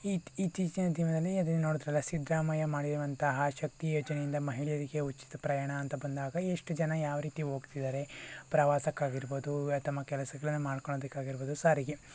ಇತ್ ಇತ್ತೀಚಿನ ದಿನದಲ್ಲಿ ಅದೇ ನೋಡಿದ್ರಲ್ಲ ಸಿದ್ದರಾಮಯ್ಯ ಮಾಡಿರುವಂತಹ ಶಕ್ತಿ ಯೋಜನೆಯಿಂದ ಮಹಿಳೆಯರಿಗೆ ಉಚಿತ ಪ್ರಯಾಣ ಅಂತ ಬಂದಾಗ ಎಷ್ಟು ಜನ ಯಾವ ರೀತಿ ಹೋಗ್ತಿದ್ದಾರೆ ಪ್ರವಾಸಕ್ಕಾಗಿರ್ಬೋದು ತಮ್ಮ ಕೆಲಸಗಳನ್ನು ಮಾಡಿಕೊಳ್ಳೋದಕ್ಕಾಗಿರ್ಬೋದು ಸಾರಿಗೆ